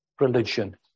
religion